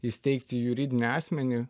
įsteigti juridinį asmenį